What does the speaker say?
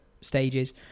stages